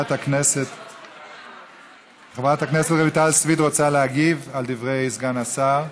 חברת הכנסת רויטל סויד רוצה להגיב על דברי סגן השר.